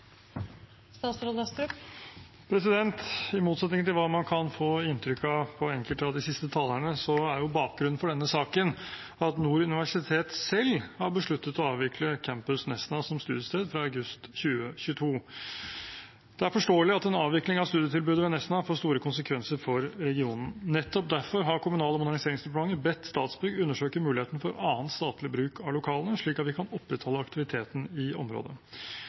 I motsetning til hva man kan få inntrykk av fra enkelte av de siste talerne, er bakgrunnen for denne saken at Nord universitet selv har besluttet å avvikle campus Nesna som studiested fra august 2022. Det er forståelig at en avvikling av studietilbudet ved Nesna får store konsekvenser for regionen. Nettopp derfor har Kommunal- og moderniseringsdepartementet bedt Statsbygg undersøke muligheten for annen statlig bruk av lokalene, slik at vi kan opprettholde aktiviteten i området.